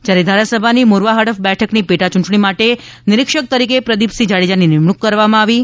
જ્યારે ધારાસભાની મોરવા હડફ બેઠકની પેટા ચૂંટણી માટે નિરીક્ષક તરીકે પ્રદીપસિંહ જાડેજાની નિમણૂંક કરવામાં આવી છે